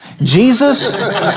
Jesus